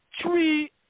three